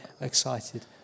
excited